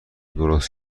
درست